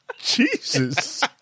Jesus